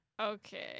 Okay